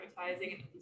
advertising